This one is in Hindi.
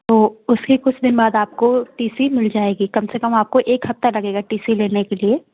तो उसी कुछ दिन बाद आपको टी सी मिल जाएगी कम से कम आपको एक हफ़्ता लगेगा टी सी लेने के लिए